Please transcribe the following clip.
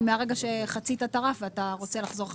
מרגע שחצית את הרף ואתה רוצה לחזור חזרה.